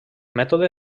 mètode